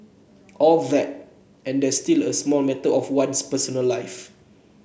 all that and there's still the small matter of one's personal life